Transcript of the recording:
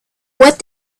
what